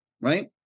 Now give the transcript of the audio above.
right